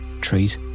treat